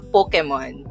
Pokemon